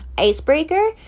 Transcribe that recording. icebreaker